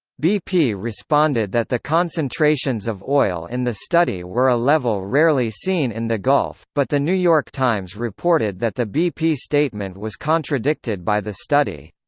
bp responded that the concentrations of oil in the study were a level rarely seen in the gulf, but the new york times reported that the bp statement was contradicted by the study.